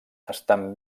estan